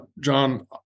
John